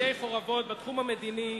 אתם השארתם עיי חורבות בתחום המדיני,